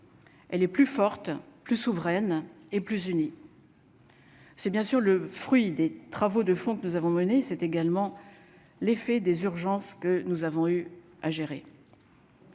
Elle est plus forte, plus souveraine et plus unie. C'est bien sûr le fruit des travaux de fond que nous avons menée, c'est également l'effet des urgences que nous avons eu à gérer.